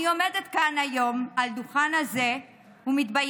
אני עומדת כאן היום על הדוכן הזה ומתביישת.